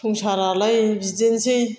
संसारालाय बिदिनोसै